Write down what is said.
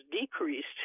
decreased